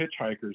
hitchhikers